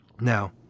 Now